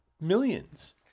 millions